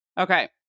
Okay